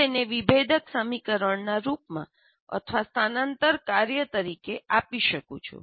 હું તેને વિભેદક સમીકરણના રૂપમાં અથવા સ્થાનાંતર કાર્ય તરીકે આપી શકું છું